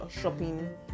shopping